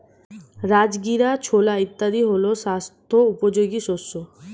রাজগীরা, ছোলা ইত্যাদি হল স্বাস্থ্য উপযোগী শস্য